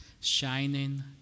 shining